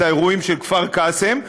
את האירועים של כפר קאסם,